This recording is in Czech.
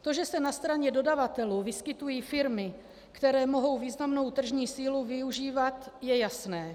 To, že se na straně dodavatelů vyskytují firmy, které mohou významnou tržní sílu využívat, je jasné.